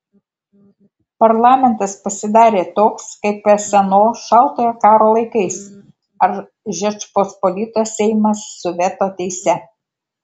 parlamentas pasidarė toks kaip sno šaltojo karo laikais ar žečpospolitos seimas su veto teise